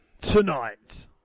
tonight